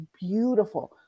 beautiful